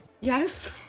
yes